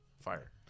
fire